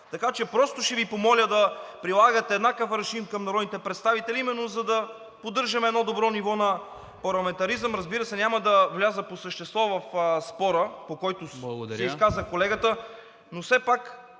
Така че просто ще Ви помоля да прилагате еднакъв аршин към народните представители именно за да поддържаме едно добро ниво на парламентаризъм. Разбира се, няма да вляза по същество в спора, по който се изказа колегата… ПРЕДСЕДАТЕЛ